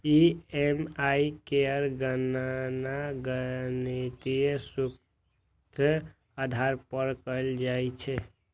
EMI केर गणना गणितीय सूत्रक आधार पर कैल जाइ छै